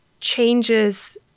changes